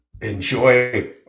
enjoy